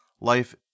Life